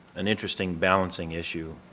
an interesting balancing issue.